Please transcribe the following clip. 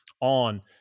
on